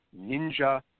Ninja